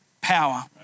power